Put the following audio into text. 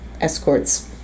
escorts